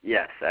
Yes